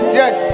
yes